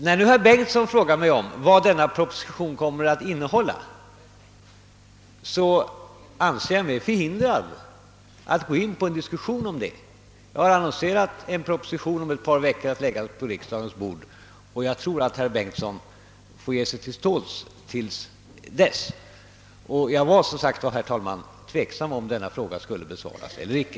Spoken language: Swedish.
Nu frågar herr Bengtson i Solna vad den propositionen kommer att innehål la, och då vill jag svara att jag anser mig förhindrad att ingå på en diskussion om den saken. Jag har annonserat en proposition, som skall ligga på riksdagens bord om ett par veckor, och herr Bengtson får väl ge sig till tåls till dess. Herr talman! Jag var som sagt tveksam huruvida jag skulle besvara denna fråga eller inte.